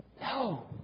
No